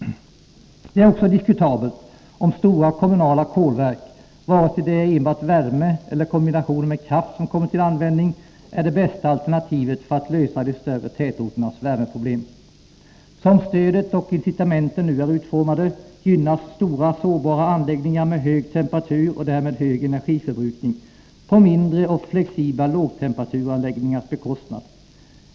Det är också diskutabelt om stora, kommunala kolverk, vare sig det är enbart värme eller kombinationen med kraft som kommer till användning, är det bästa alternativet för att lösa de större tätorternas värmeproblem. Som stödet och incitamenten nu är utformade gynnas stora, sårbara anläggningar med hög temperatur och därmed hög energiförbrukning, på mindre och flexibla lågtemperaturanläggningars bekostnad.